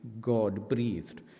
God-breathed